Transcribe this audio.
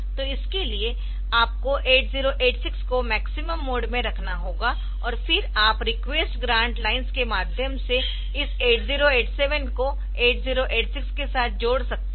तो इसके लिए आपको 8086 को मैक्सिमम मोड में रखना होगा और फिर आप रिक्वेस्ट ग्रान्ट लाइन्स के माध्यम से इस 8087 को 8086 के साथ जोड़ सकते है